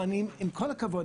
אבל עם כל הכבוד,